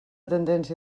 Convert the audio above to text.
tendència